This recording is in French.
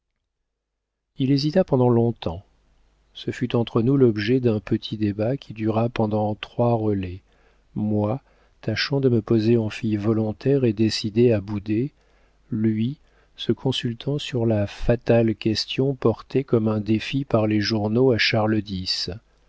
il hésita pendant longtemps ce fut entre nous l'objet d'un petit débat qui dura pendant trois relais moi tâchant de me poser en fille volontaire et décidée à bouder lui se consultant sur la fatale question portée comme un défi par les journaux à